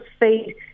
feed